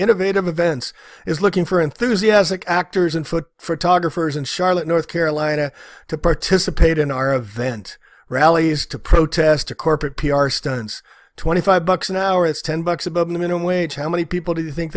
innovative events is looking for enthusiastic actors and foot for target first in charlotte north carolina to participate in our event rallies to protest a corporate p r stunts twenty five bucks an hour is ten bucks above the minimum wage how many people do you think